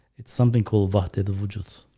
it's something called vata delusions